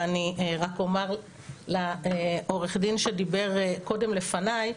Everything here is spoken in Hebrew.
ואני רק אומר לעורך הדין שדיבר קודם לפניי,